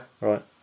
right